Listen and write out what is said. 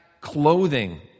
clothing